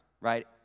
right